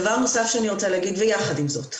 דבר נוסף שאני רוצה להגיד יחד עם זאת.